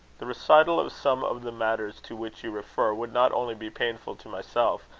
the recital of some of the matters to which you refer, would not only be painful to myself,